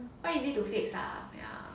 why you need to fix ah ya